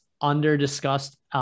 under-discussed